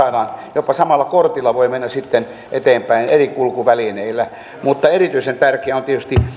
jopa samalla kortilla voi mennä sitten eteenpäin eri kulkuvälineillä mutta erityisen tärkeää on tietysti